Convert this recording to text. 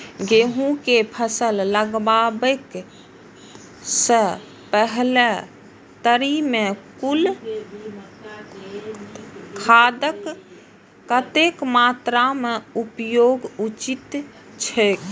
गेहूं के फसल लगाबे से पेहले तरी में कुन खादक कतेक मात्रा में उपयोग उचित छेक?